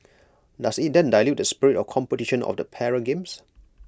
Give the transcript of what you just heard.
does IT then dilute the spirit of competition of the para games